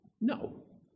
No